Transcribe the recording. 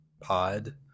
pod